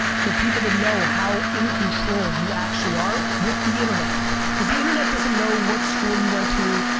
for people to know how in control you actually are with the internet cause the internet doesn't know what school you went to,